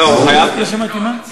לא, הוא, לא שמעתי, מה?